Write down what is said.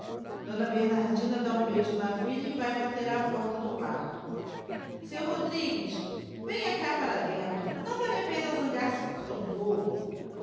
d bernardina dá um beijo na filha e vae bater á porta do quarto seu rodrigues venha cá para dentro não vale a pena zangar se por tão pouco